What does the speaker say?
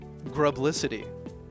Grublicity